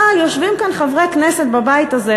אבל יושבים כאן חברי כנסת בבית הזה,